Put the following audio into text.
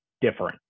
different